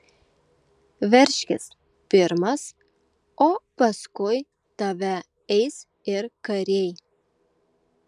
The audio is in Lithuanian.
veržkis pirmas o paskui tave eis ir kariai